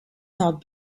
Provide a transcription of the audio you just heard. not